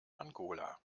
angola